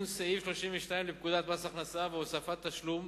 סעיף 32 לפקודת מס הכנסה והוספת תשלום,